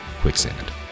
Quicksand